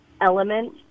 element